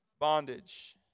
bondage